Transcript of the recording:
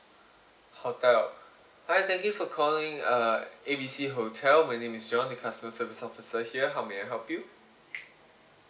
hotel hi thank you for calling uh A B C hotel my name is john the customer service officer here how may I help you